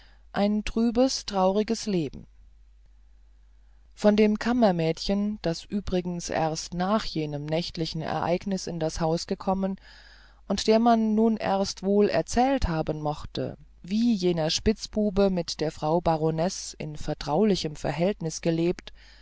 ein trübes trauriges leben von dem kammermädchen das übrigens erst nach jenem nächtlichen ereignis in das haus gekommen und der man nun erst wohl erzählt haben mochte wie jener spitzbube mit der frau baronesse in vertraulichem verhältnis gelebt